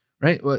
right